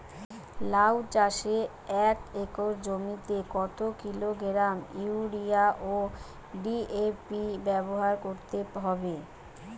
লাউ চাষে এক একর জমিতে কত কিলোগ্রাম ইউরিয়া ও ডি.এ.পি ব্যবহার করতে হবে?